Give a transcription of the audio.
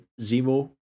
Zemo